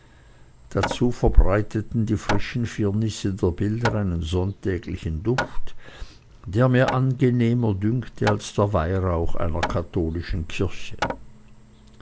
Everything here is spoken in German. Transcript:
dazu verbreiteten die frischen firnisse der bilder einen sonntäglichen duft der mir angenehmer dünkte als der weihrauch einer katholischen kirche